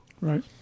Right